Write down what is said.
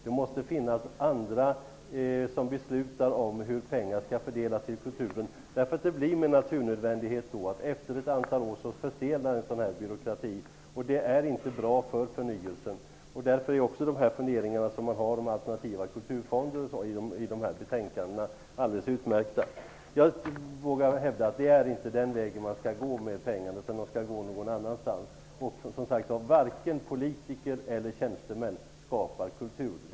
Det måste finnas andra som beslutar över hur pengar till kulturen skall fördelas. Det blir med naturnödvändighet så, att efter ett antal år förstelnar en byråkrati av den här typen, och det är inte bra för förnyelsen. Därför är funderingarna om alternativa kulturfonder o.d. alldeles utmärkta. Jag vågar hävda att det inte är den vägen som man skall gå när det gäller dessa pengar, utan man skall gå en annan väg. Som sagt, varken politiker eller tjänstemän skapar kultur.